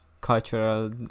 cultural